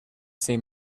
same